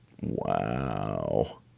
Wow